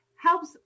helps